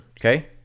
okay